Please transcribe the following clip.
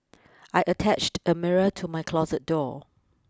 I attached a mirror to my closet door